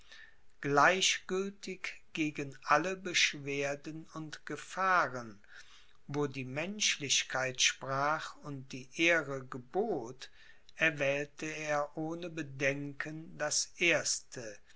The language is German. gleichgültig gegen alle beschwerden und gefahren wo die menschlichkeit sprach und die ehre gebot erwählte er ohne bedenken das erste